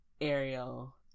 Ariel